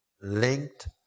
linked